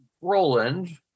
Roland